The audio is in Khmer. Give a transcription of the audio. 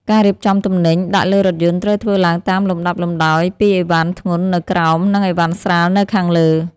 ការរៀបចំទំនិញដាក់លើរថយន្តត្រូវធ្វើឡើងតាមលំដាប់លំដោយពីអីវ៉ាន់ធ្ងន់នៅក្រោម និងអីវ៉ាន់ស្រាលនៅខាងលើ។